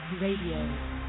Radio